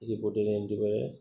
antivirus